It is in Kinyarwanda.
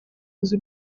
nzi